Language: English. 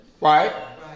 Right